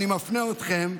אני מפנה אתכם,